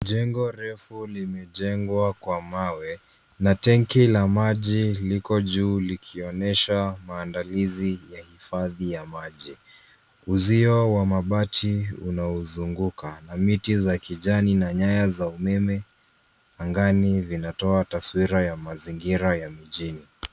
Jengo refu limejengwa kwa mawe na tenki la maji liko juu likionyesha maandalizi ya hifadhi ya maji , uzio wa mabati unauzunguka na miti za kijani na nyaya za umeme angani vinatoa taswira ya mazingira mjini.